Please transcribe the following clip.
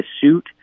suit